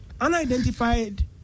unidentified